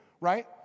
right